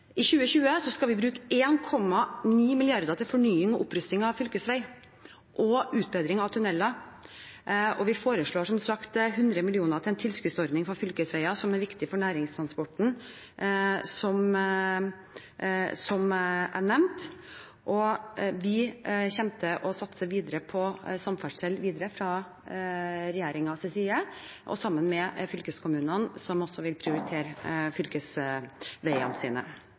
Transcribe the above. I 2020 skal vi bruke 1,9 mrd. kr på fornying og opprusting av fylkesveier og utbedring av tunneler. Vi foreslår som sagt 100 mill. kr til en tilskuddsordning til fylkesveier som er viktige for næringstransporten, og vi kommer til å satse videre på samferdsel fra regjeringens side, sammen med fylkeskommunene, som også vil prioritere fylkesveiene sine.